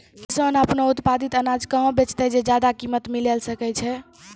किसान आपनो उत्पादित अनाज कहाँ बेचतै जे ज्यादा कीमत मिलैल सकै छै?